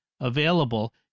available